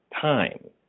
time